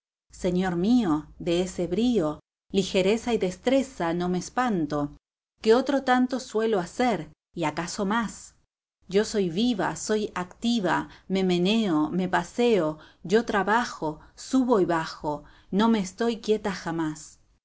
señor mío de ese brío ligereza y destreza no me espanto que otro tanto suelo hacer y acaso más yo soy viva soy activa me meneo me paseo yo trabajo subo y bajo no me estoy quieta jamás